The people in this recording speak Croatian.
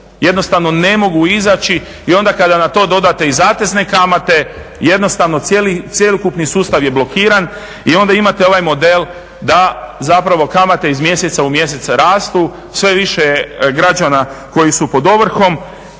jednostavno ne mogu izaći. I onda kada na to dodate i zatezne kamate jednostavno cjelokupni sustav je blokiran. I onda imate ovaj model da zapravo kamate iz mjeseca u mjesec rastu. Sve je više građana koji su pod ovrhom